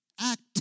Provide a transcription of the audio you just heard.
act